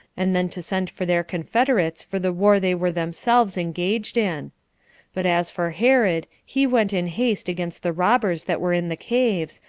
and then to send for their confederates for the war they were themselves engaged in but as for herod, he went in haste against the robbers that were in the caves,